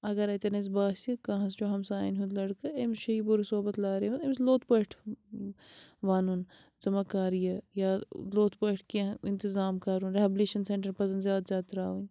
اگر اَتیٚن اسہِ باسہِ کانٛہہ حظ چھُ ہمسایَن ہُنٛد لٔڑکہٕ أمِس چھِ یہِ بُرٕ صحبت لاریمٕژ أمِس لوٚت پٲٹھۍ وَنُن ژٕ مہٕ کَر یہِ یا لوٚت پٲٹھۍ کیٚنٛہہ اِنتظام کَرُن رِہیبلیشَن سیٚنٹَر پَزیٚن زیادٕ زیادٕ ترٛاوٕنۍ